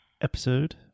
episode